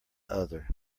other